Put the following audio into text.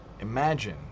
Imagine